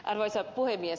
arvoisa puhemies